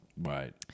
Right